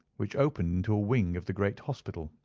which opened into a wing of the great hospital.